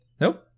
Nope